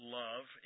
love